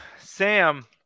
Sam